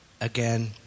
again